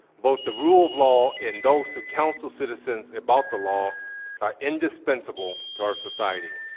both the rule of law and those who counsel citizens about the law are indispensable to our society.